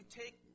take